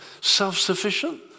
self-sufficient